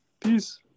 Peace